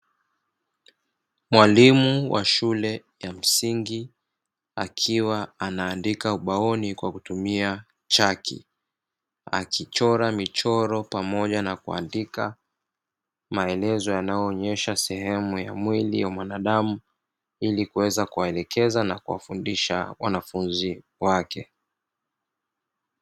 Mwalimu wa shule ya msingi akiwa anaandika ubaoni kwa kutumia chaki, akichora michoro pamoja na kuandika maelezo yanayohusu sehemu ya mwili wa mwanadamu, ili kuweza kuwaelekeza na kuwafundisha wanafunzi wake.